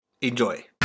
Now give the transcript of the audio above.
Enjoy